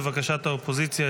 לבקשת האופוזיציה,